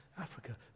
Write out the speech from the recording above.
Africa